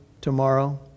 Tomorrow